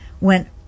went